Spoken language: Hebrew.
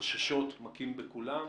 החששות מכים בכולם.